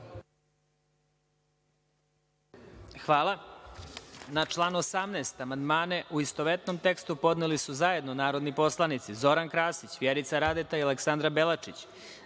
Hvala. Na član 18. amandmane, u istovetnom tekstu, podneli su zajedno narodni poslanici Zoran Krasić, Vjerica Radeta i Aleksandra Belačić,